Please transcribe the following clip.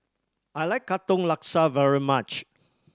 I like Katong Laksa very much